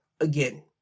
again